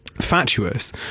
fatuous